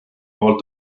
poolt